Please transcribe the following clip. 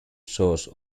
source